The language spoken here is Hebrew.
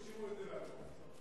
ותשאירו את זה לנו.